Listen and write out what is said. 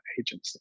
agency